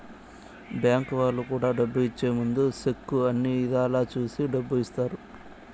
bank వాళ్ళు కూడా డబ్బు ఇచ్చే ముందు సెక్కు అన్ని ఇధాల చూసి డబ్బు ఇత్తారు